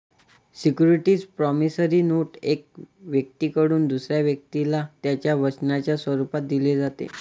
security promissory note एका व्यक्तीकडून दुसऱ्या व्यक्तीला त्याच्या वचनाच्या स्वरूपात दिली जाते